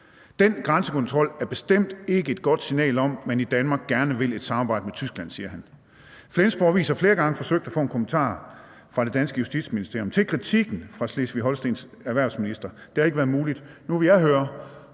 Den grænsekontrol er bestemt ikke et godt signal om, at man i Danmark gerne vil et samarbejde med Tyskland, siger han. Flensborg Avis har flere gange forsøgt at få en kommentar fra det danske Justitsministerium til kritikken fra Slesvig-Holstens erhvervsminister. Det har ikke været muligt at få. Nu vil jeg høre,